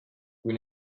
kui